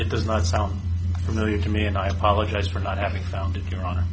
it does not sound familiar to me and i apologize for not having found